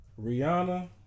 Rihanna